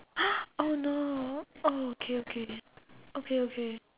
oh no oh okay okay okay okay